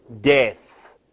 death